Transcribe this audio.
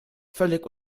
völlig